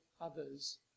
others